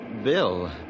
Bill